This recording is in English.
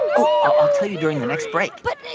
oh, i'll tell you during the next break but.